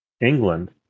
England